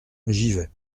givet